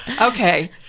Okay